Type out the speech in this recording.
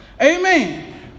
Amen